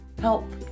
Help